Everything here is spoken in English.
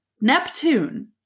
Neptune